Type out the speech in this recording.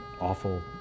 awful